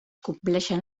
compleixen